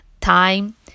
time